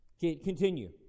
Continue